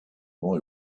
boy